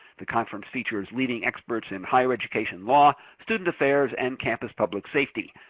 the conference features leading experts in higher education law, student affairs, and campus public safety.